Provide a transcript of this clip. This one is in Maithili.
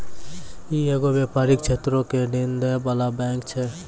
इ एगो व्यपारिक क्षेत्रो के ऋण दै बाला बैंक छै